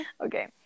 okay